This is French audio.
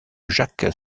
jacques